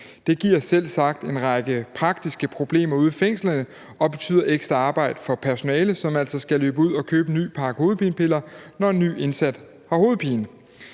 Det giver selvsagt en række praktiske problemer ude i fængslerne og betyder ekstra arbejde for personalet, som altså skal løbe ud og købe en ny pakke hovedpinepiller, når en ny indsat har hovedpine.